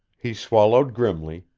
he swallowed grimly,